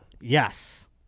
Yes